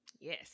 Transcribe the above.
Yes